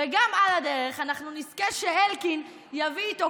וגם על הדרך אנחנו נזכה שאלקין יביא איתו